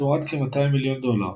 תמורת כ-200 מיליון דולר.